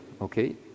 okay